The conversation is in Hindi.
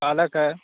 पालक है